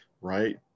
right